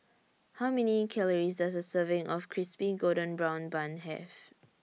How Many Calories Does A Serving of Crispy Golden Brown Bun Have